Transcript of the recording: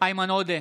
איימן עודה,